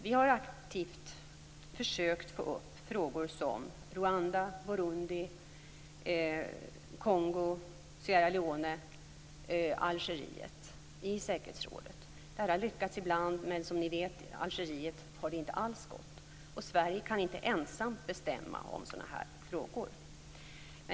Vi har aktivt försökt att få upp frågor som Rwanda, Burundi, Kongo, Sierra Leone och Algeriet i säkerhetsrådet. Det har lyckats ibland men när det gäller Algeriet har det, som ni vet, inte alls gått. Och Sverige kan inte ensamt bestämma om sådana här frågor.